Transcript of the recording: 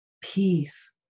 peace